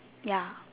ya